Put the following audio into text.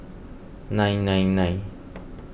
nine nine nine